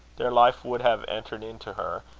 their life would have entered into her,